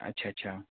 अच्छा अच्छा